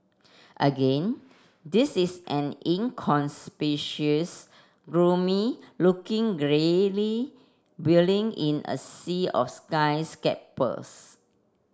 again this is an gloomy looking greyly building in a sea of skyscrapers